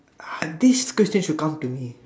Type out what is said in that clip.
ah this question should come to me